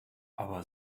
aber